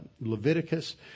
Leviticus